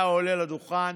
היה עולה לדוכן